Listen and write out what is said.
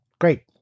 Great